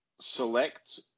select